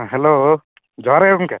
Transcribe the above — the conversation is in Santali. ᱦᱮᱞᱳ ᱡᱚᱦᱟᱨ ᱜᱮ ᱜᱚᱢᱠᱮ